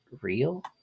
real